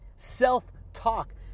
Self-talk